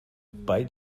bei